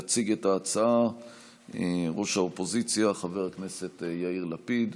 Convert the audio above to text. יציג את ההצעה ראש האופוזיציה חבר הכנסת יאיר לפיד,